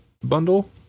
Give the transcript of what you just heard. Bundle